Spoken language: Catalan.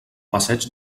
passeig